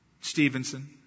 Stevenson